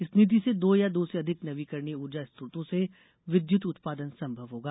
इस नीति से दो या दो से अधिक नवीकरणीय ऊर्जा स्त्रोतों से विद्युत उत्पादन संभव होगा